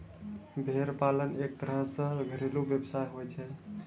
भेड़ पालन एक तरह सॅ घरेलू व्यवसाय होय छै